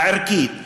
הערכית,